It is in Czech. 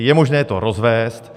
Je možné to rozvézt.